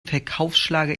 verkaufsschlager